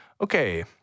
Okay